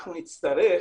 אנחנו נצטרך,